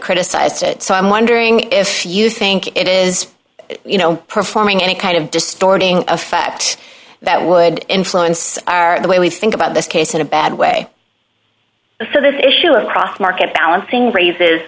criticized it so i'm wondering if you think it is performing any kind of distorting effect that would influence the way we think about this case in a bad way so this issue across market balancing raises